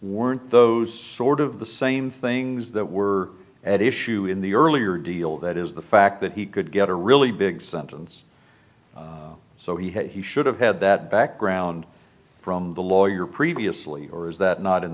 weren't those sort of the same things that were at issue in the earlier deal that is the fact that he could get a really big sentence so he should have had that background from the lawyer previously or is that not in